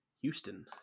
Houston